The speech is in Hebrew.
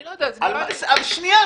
זה נראה לי --- שנייה,